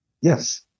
Yes